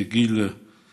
גיל